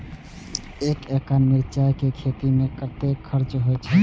एक एकड़ मिरचाय के खेती में कतेक खर्च होय छै?